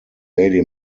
lady